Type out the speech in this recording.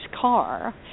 car